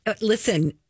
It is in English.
Listen